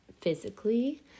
physically